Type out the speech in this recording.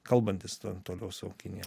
kalbantis to toliau su kinija